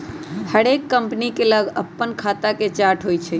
हरेक कंपनी के लग अप्पन खता के चार्ट होइ छइ